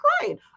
crying